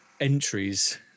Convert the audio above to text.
entries